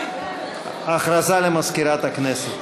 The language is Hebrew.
הודעה למזכירת הכנסת.